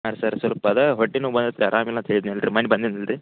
ಹಾಂ ಸರ್ ಸ್ವಲ್ಪ ಅದೇ ಹೊಟ್ಟೆ ನೋವು ಬಂದಿತ್ ಆರಾಮಿಲ್ಲ ಅಂತ ಹೇಳಿದ್ನಲ್ಲ ರೀ ಮನ್ನೆ ಬಂದಿದ್ನಲ್ಲ ರೀ